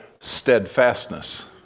steadfastness